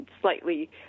slightly